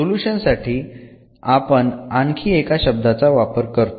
solution साठी आपण आणखी एका शब्दाचा वापर करतो